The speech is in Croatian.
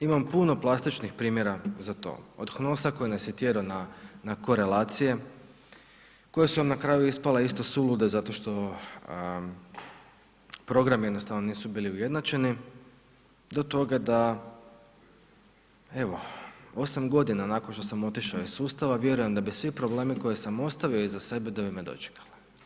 Imam puno plastičnih primjera za to, od Honorsa koji nas je tjerao na korelacije koje su nam na kraju ispale isto sulude zato što programi jednostavno nisu bili ujednačeni do toga da evo 8.g. nakon što sam otišao iz sustava vjerujem da bi svi problemi koje sam ostavio iza sebe da bi me dočekali.